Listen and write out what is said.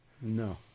No